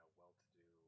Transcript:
well-to-do